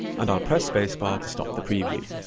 and i'll press space bar to stop the preview.